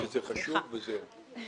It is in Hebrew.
תגידי שזה חשוב, וזהו.